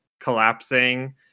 collapsing